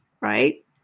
right